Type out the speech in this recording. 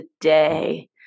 today